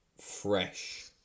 fresh